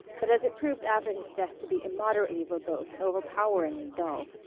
but as it proved after his death to be immoderately verbose and overpoweringly dull,